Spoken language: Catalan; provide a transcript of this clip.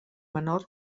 menor